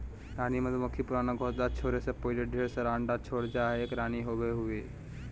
रानी मधुमक्खी पुराना घोंसला छोरै से पहले ढेर सारा अंडा छोड़ जा हई, एक रानी होवअ हई